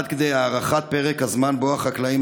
עד כדי הארכת פרק הזמן שבו החקלאים